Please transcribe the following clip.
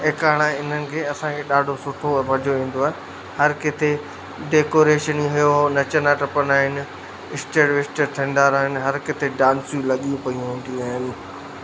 एकाणा इन्हनि खे असांखे ॾाढो सुठो मज़ो ईंदो आहे हर किथे डेकोरेशन हे हो नचंदा टपंदा आहिनि स्टर विस्टर ठंडारा आहिनि किथे डांसियूं लॻी पई हूंदियूं आहिनि